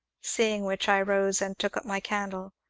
seeing which, i rose, and took up my candle.